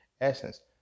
essence